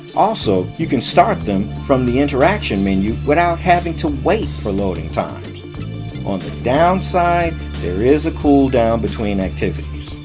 also, you can start them from the interaction menu, without having to wait for loading times on the downside there is a cooldown between activities.